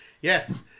Yes